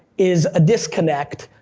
is a disconnect,